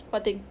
what thing